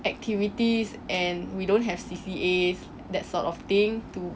activities and we don't have C_C_A's that sort of thing to